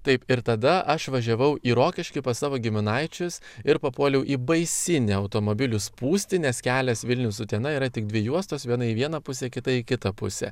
taip ir tada aš važiavau į rokiškį pas savo giminaičius ir papuoliau į baisinę automobilių spūstį nes kelias vilnius utena yra tik dvi juostos viena į vieną pusę kitą į kitą pusę